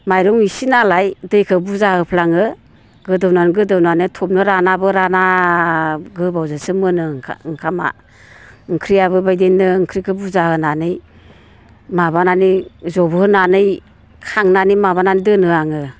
माइरं इसे नालाय दैखौ बुरजा होफ्लाङो गोदौनानै गोदौनानै थबनो रानाबो राना गोबावजोंसो मोनो ओंखामा ओंख्रिया बेबायदिनो ओंख्रिखौ बुरजा होनानै माबानानै जबहोनानै खांनानै माबानानै दोनो आङो